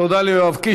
תודה ליואב קיש.